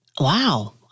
Wow